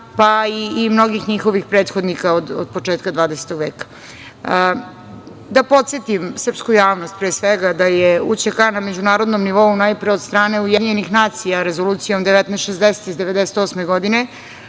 pa i mnogih njihovih prethodnika od početka 20. veka. Da podsetim srpsku javnost pre svega da je UČK na međunarodnom nivou najpre od strane UN Rezolucijom 19-60 iz 1998. godine,